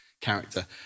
character